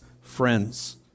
friends